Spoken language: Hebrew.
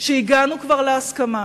שהגענו כבר להסכמה